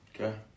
Okay